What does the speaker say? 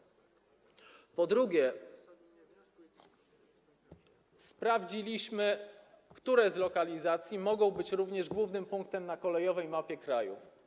Po drugie, sprawdziliśmy, które z lokalizacji mogą być również głównym punktem na kolejowej mapie kraju.